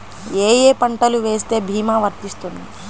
ఏ ఏ పంటలు వేస్తే భీమా వర్తిస్తుంది?